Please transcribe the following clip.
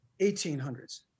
1800s